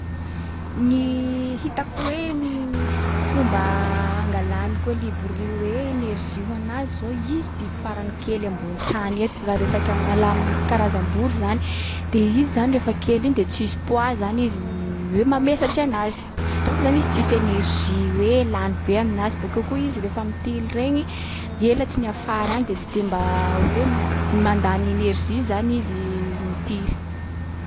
Ny hitako hoe fomba angalan’ny kôlibria hoe energie ho anazy zao, izy biby faran’ny kely ambony tany eto raha resaky am- laha am'karazam-boro zany. De izy zany rehefa kely iny de tsisy poids zany izy hoe mamesatry anazy. Donc zany izy tsisy energie hoe lany be aminazy. Bakeo koa izy refa mitily regny, helatsiny afara any de tsy de mba hoe mandany energie zany izy mitily.